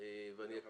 וחבר